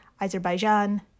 Azerbaijan